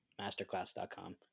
masterclass.com